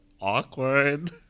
awkward